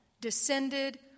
descended